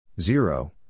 Zero